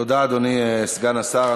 תודה, אדוני סגן השר.